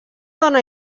dona